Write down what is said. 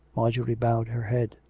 marjorie bowed her head.